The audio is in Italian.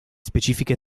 specifiche